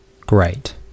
great